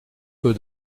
peu